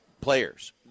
players